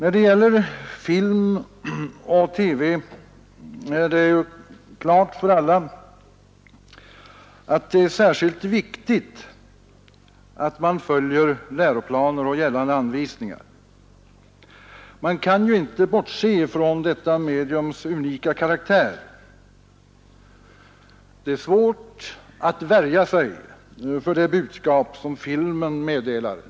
I vad gäller film och TV är det ju klart för alla att det är särskilt viktigt att man följer läroplaner och gällande anvisningar. Man kan inte bortse ifrån detta mediums unika karaktär. Det är svårt att värja sig för det budskap som filmen meddelar.